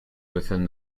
within